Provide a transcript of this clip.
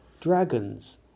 dragons